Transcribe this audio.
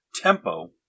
tempo